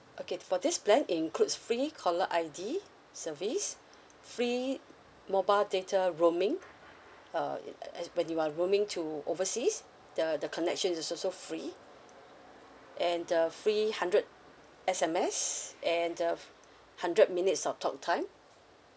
okay for this plan includes free caller I_D service free mobile data roaming uh when you are roaming to overseas the the connection is also free and the free hundred S_M_S and the hundred minutes of talk time